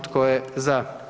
Tko je za?